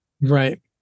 Right